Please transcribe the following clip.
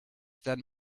than